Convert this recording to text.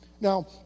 Now